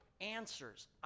answers